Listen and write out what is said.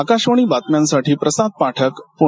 आकाशवाणी बातम्यांसाठी प्रसाद पाठक पुणे